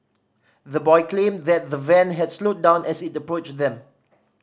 the boy claimed that the van had slowed down as it approached them